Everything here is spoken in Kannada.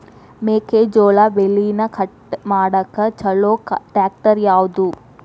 ಮೆಕ್ಕೆ ಜೋಳ ಬೆಳಿನ ಕಟ್ ಮಾಡಾಕ್ ಛಲೋ ಟ್ರ್ಯಾಕ್ಟರ್ ಯಾವ್ದು?